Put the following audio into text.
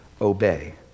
obey